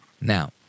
Now